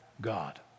God